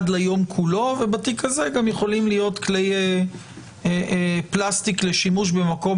ליום כולו ובתיק הזה גם יכולים להיות כלי פלסטיק לשימוש במקום